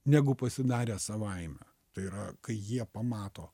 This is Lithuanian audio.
negu pasidarę savaime tai yra kai jie pamato